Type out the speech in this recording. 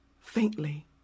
faintly